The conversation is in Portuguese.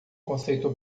conceito